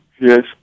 Yes